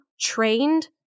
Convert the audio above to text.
trained